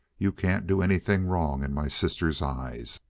you can't do anything wrong in my sister's eyes.